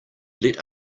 let